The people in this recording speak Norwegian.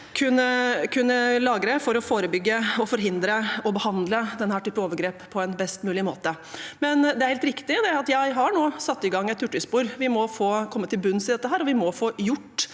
kunne lagre for å forebygge, forhindre og behandle denne typen overgrep på best mulig måte. Det er helt riktig at jeg nå har satt i gang et hurtigspor. Vi må komme til bunns i dette, og vi må få gjort